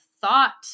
thought